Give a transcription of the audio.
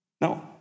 No